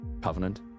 covenant